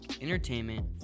entertainment